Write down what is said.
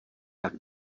tak